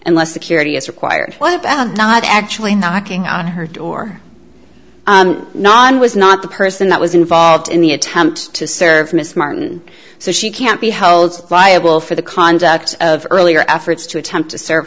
unless security is required not actually knocking on her door non was not the person that was involved in the attempt to serve miss martin so she can't be held liable for the conduct of earlier efforts to attempt to serve